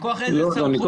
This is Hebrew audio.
מכוח איזו סמכות?